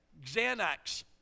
xanax